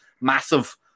massive